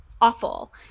awful